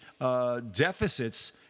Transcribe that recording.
deficits